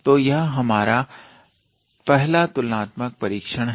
तो यह पहला तुलनात्मक परीक्षण हैं